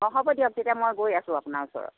অঁ হ'ব দিয়ক তেতিয়া মই গৈ আছো আপোনাৰ ওচৰত